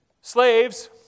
slaves